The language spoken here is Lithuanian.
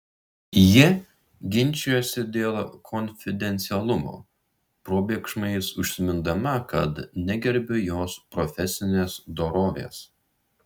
ji ginčijosi dėl konfidencialumo probėgšmais užsimindama kad negerbiu jos profesinės dorovės